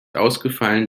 ausgefallen